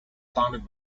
founded